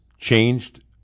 changed